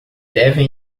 devem